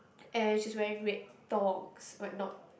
and she's wearing red thongs but not